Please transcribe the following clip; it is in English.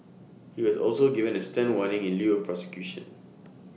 he was also given A stern warning in lieu of prosecution